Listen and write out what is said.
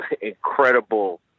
incredible